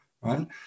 Right